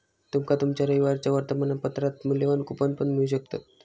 तुमका तुमच्या रविवारच्या वर्तमानपत्रात मुल्यवान कूपन पण मिळू शकतत